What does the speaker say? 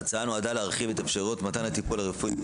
ההצעה נועדה להרחיב את אפשרויות מתן הטיפול הרפואי.